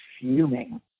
fuming